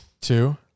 Two